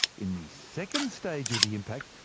in the second stage of the impact,